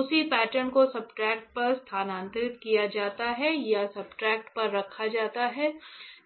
उसी पैटर्न को सब्सट्रेट पर स्थानांतरित किया जाता है या सब्सट्रेट पर रखा जाता है